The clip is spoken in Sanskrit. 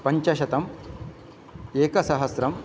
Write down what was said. पञ्चशतम् एकसहस्रम्